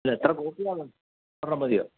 എത്ര കോപ്പി വേണം ഒരെണ്ണം മതിയോ